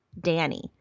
Danny